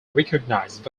recognized